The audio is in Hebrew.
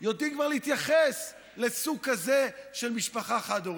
יודעים כבר להתייחס לסוג שכזה של משפחה חד-הורית.